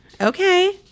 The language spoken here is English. Okay